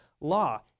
law